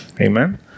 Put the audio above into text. Amen